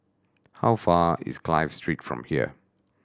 how far is Clive Street from here